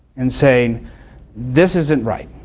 and saying this isn't right.